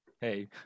Hey